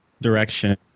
direction